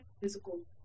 physical